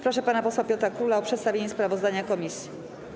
Proszę pana posła Piotra Króla o przedstawienie sprawozdania komisji.